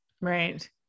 Right